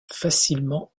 facilement